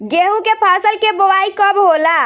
गेहूं के फसल के बोआई कब होला?